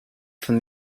from